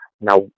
Now